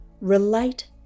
relate